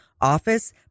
office